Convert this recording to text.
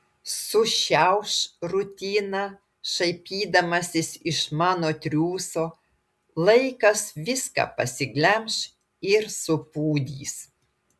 sušiauš rutiną šaipydamasis iš mano triūso laikas viską pasiglemš ir supūdys